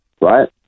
Right